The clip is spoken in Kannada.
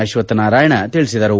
ಅಶ್ವಕ್ತ್ ನಾರಾಯಣ ತಿಳಿಸಿದರು